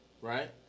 right